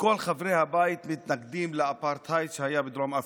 שכל חברי הבית מתנגדים לאפרטהייד שהיה בדרום אפריקה,